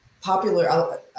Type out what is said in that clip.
popular